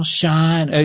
shine